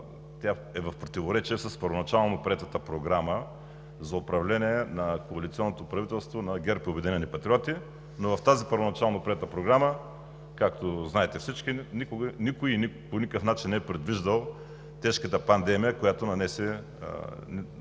е в противоречие с първоначално приетата Програма за управление на коалиционното правителство на ГЕРБ и „Обединени патриоти“. Но в тази първоначално приета програма, както знаете всички, никой и по никакъв начин не е предвиждал тежката пандемия, която нанесе